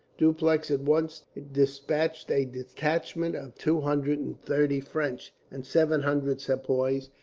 dupleix at once despatched a detachment of two hundred and thirty french, and seven hundred sepoys,